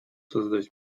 создать